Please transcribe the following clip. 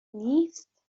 نیست